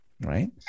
Right